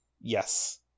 Yes